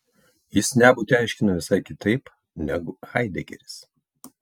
jis nebūtį aiškina visai kitaip negu haidegeris